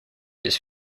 his